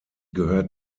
gehört